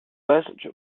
match